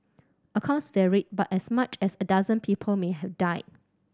accounts varied but as much as a dozen people may have die